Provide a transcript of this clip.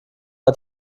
hat